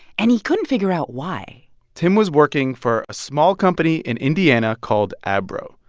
and he couldn't figure out why tim was working for a small company in indiana called abro.